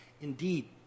Indeed